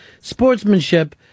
sportsmanship